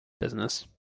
business